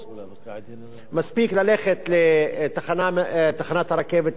מספיק ללכת לתחנת הרכבת בנימינה לראות